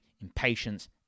impatience